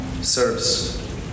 serves